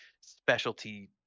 specialty